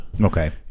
Okay